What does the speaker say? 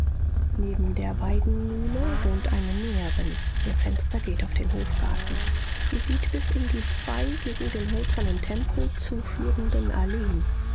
neben der weidenmühle wohnt eine näherin ihr fenster geht auf den hofgarten sie sieht bis in die zwei gegen den hölzernen tempel zu führenden alleen